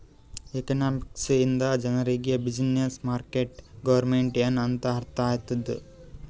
economics ಇಂದ ಜನರಿಗ್ business, market, government ಎನ್ ಅಂತ್ ಅರ್ಥ ಆತ್ತುದ್